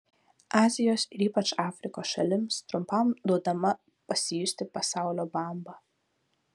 azijos ir ypač afrikos šalims trumpam duodama pasijusti pasaulio bamba